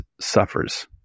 suffers